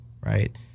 right